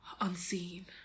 unseen